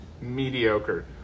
mediocre